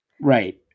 Right